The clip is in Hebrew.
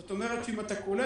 זאת אומרת שאם אתה קולט,